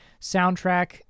soundtrack